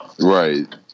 Right